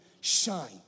shine